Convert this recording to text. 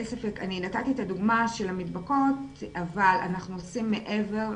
אני נתתי את הדוגמא של המדבקות אבל אנחנו עושים מעבר,